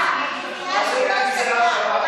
מה זה גזרה שווה?